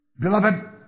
beloved